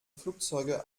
flugzeuge